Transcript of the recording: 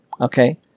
Okay